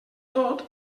tot